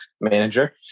manager